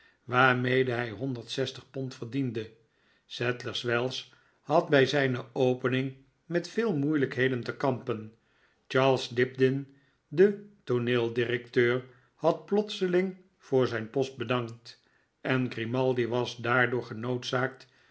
waarmede hij honderd zestig pond verdiende sadlers wells had bij zijne opening met veel moeielijkheden te kampen charles dibdin de tooneel directeur had plotseling voor zijn post bedankt en grimaldi was daardoor